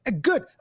good